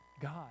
God